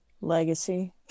Legacy